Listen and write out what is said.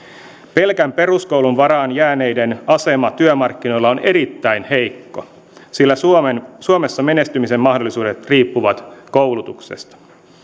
pelkän peruskoulun varaan jääneiden asema työmarkkinoilla on erittäin heikko sillä suomessa menestymisen mahdollisuudet riippuvat koulutuksesta